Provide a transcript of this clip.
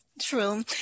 True